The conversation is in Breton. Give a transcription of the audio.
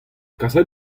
kaset